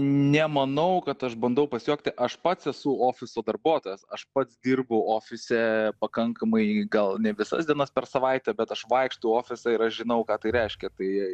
nemanau kad aš bandau pasijuokti aš pats esu ofiso darbuotojas aš pats dirbu ofise pakankamai gal ne visas dienas per savaitę bet aš vaikštau į ofisą ir aš žinau ką tai reiškia tai